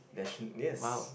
nation yes